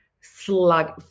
slug